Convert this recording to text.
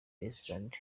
iceland